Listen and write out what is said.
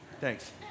Thanks